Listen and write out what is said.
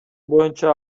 боюнча